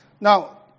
Now